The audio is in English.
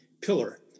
pillar